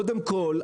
קודם כל,